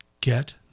get